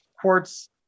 Quartz